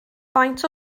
faint